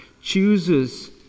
chooses